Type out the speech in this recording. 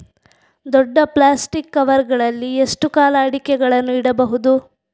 ದೊಡ್ಡ plastic cover ಗಳಲ್ಲಿ ಎಷ್ಟು ಕಾಲ ಅಡಿಕೆಗಳನ್ನು ಇಡಬಹುದು?